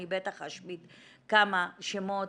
אני בטח אשמיט כמה שמות,